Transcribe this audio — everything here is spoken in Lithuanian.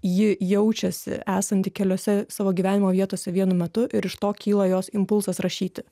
ji jaučiasi esanti keliose savo gyvenimo vietose vienu metu ir iš to kyla jos impulsas rašyti